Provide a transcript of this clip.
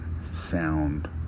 sound